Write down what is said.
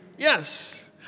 Yes